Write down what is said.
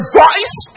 voice